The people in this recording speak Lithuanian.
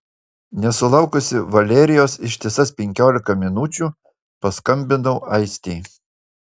nesulaukusi valerijos ištisas penkiolika minučių paskambinau aistei